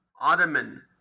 Ottoman